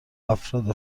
افراد